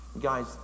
Guys